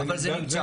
אבל זה נמצא שם.